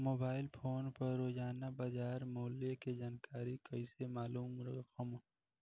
Mobile phone पर रोजाना बाजार मूल्य के जानकारी कइसे मालूम करब?